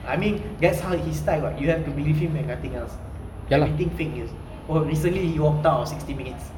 I mean that's how his style what you have to believe him and nothing else everything fake news recently he walked out of sixty minutes